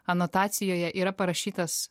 anotacijoje yra parašytas